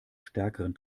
stärkeren